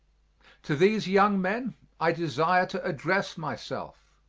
to these young men i desire to address myself.